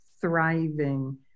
thriving